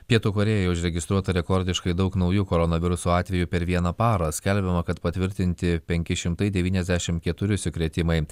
pietų korėjoj užregistruota rekordiškai daug naujų koronaviruso atvejų per vieną parą skelbiama kad patvirtinti penki šimtai devyniasdešim keturi užsikrėtimai